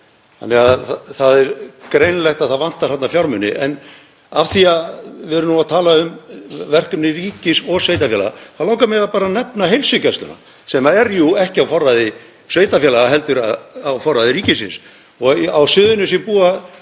Þannig að það er greinilegt að það vantar þarna fjármuni. En af því að við erum að tala um verkefni ríkis og sveitarfélaga þá langar mig að nefna heilsugæsluna, sem er jú ekki á forræði sveitarfélaga heldur á forræði ríkisins. Á Suðurnesjum búa